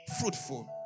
fruitful